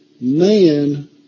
man